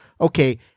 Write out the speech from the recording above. Okay